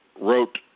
wrote